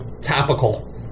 topical